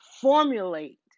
formulate